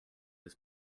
his